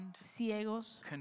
ciegos